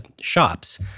shops